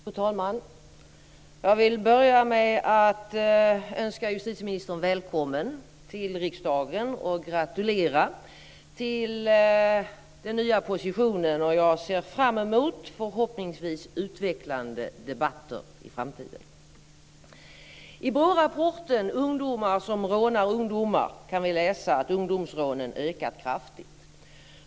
Fru talman! Jag vill börja med att hälsa justitieministern välkommen till riksdagen och gratulera till den nya positionen. Jag ser fram emot förhoppningsvis utvecklande debatter i framtiden. I BRÅ-rapporten Ungdomar som rånar ungdomar kan vi läsa att ungdomsrånen ökat kraftigt.